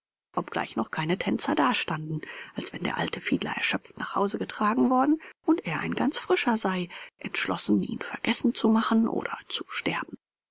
obgleich noch keine tänzer dastanden als wenn der alte fiedler erschöpft nach hause getragen worden und er ein ganz frischer sei entschlossen ihn vergessen zu machen oder zu sterben